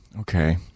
Okay